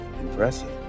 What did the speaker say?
impressive